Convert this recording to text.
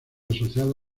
asociado